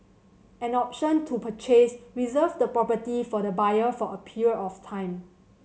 an option to purchase reserve the property for the buyer for a period of time